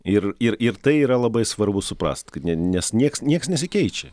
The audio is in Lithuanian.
ir ir tai yra labai svarbu suprast nes nieks nieks nesikeičia